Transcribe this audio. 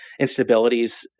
instabilities